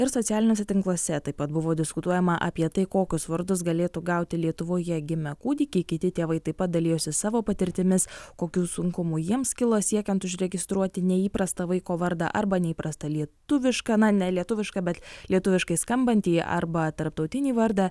ir socialiniuose tinkluose taip pat buvo diskutuojama apie tai kokius vardus galėtų gauti lietuvoje gimę kūdikiai kiti tėvai taip pat dalijosi savo patirtimis kokių sunkumų jiems kilo siekiant užregistruoti neįprastą vaiko vardą arba neįprastą lietuvišką na ne lietuvišką bet lietuviškai skambantį arba tarptautinį vardą